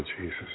Jesus